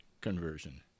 conversion